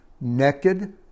naked